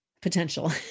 Potential